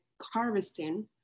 harvesting